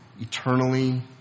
eternally